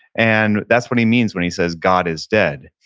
and that's what he means when he says, god is dead.